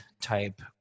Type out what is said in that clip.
type